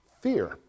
fear